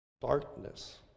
darkness